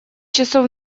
часов